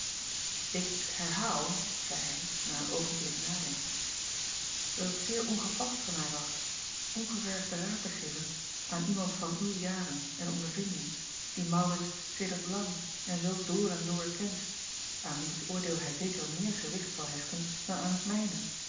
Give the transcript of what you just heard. k herhaal zeî hij na een oogenblik nadenkens dat het zeer ongepast van mij was ongevergden raad te geven aan iemand van uw jaren en ondervinding die aurits sedert lang en zoo door en door kent aan wiens oordeel hij zeker meer gewicht zal hechten dan aan het mijne